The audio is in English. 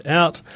out